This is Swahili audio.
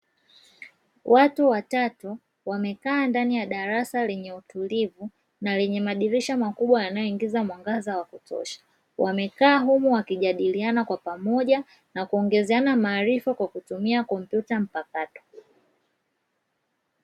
Watu watatu wamekaa ndani ya darasa lenye utulivu, na lenye madirisha makubwa yanayoingiza mwangaza, wa kutosha wamekaa humu wakijadiliana kwa pamoja na kuongezeana maarifa kwa kutumia kompyuta mpakato.